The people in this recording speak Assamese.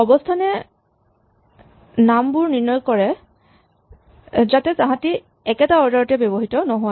অৱস্হান এ নামবোৰ নিৰ্ণয় কৰে যাতে তাহাঁতি একেটা অৰ্ডাৰ তে ব্যৱহৃত নহয়